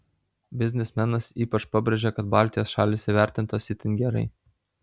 biznismenas ypač pabrėžia kad baltijos šalys įvertintos itin gerai